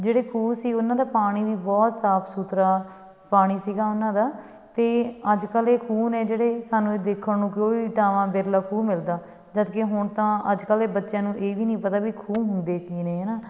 ਜਿਹੜੇ ਖੂਹ ਸੀ ਉਹਨਾਂ ਦਾ ਪਾਣੀ ਵੀ ਬਹੁਤ ਸਾਫ ਸੁਥਰਾ ਪਾਣੀ ਸੀਗਾ ਉਹਨਾਂ ਦਾ ਅਤੇ ਅੱਜ ਕੱਲ੍ਹ ਇਹ ਖੂਹ ਨੇ ਜਿਹੜੇ ਸਾਨੂੰ ਇਹ ਦੇਖਣ ਨੂੰ ਕੋਈ ਟਾਵਾਂ ਵਿਰਲਾ ਖੂਹ ਮਿਲਦਾ ਜਦਕਿ ਹੁਣ ਤਾਂ ਅੱਜ ਕੱਲ੍ਹ ਦੇ ਬੱਚਿਆਂ ਨੂੰ ਇਹ ਵੀ ਨਹੀਂ ਪਤਾ ਵੀ ਖੂਹ ਹੁੰਦੇ ਕੀ ਨੇ ਹੈ ਨਾ